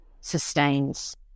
sustains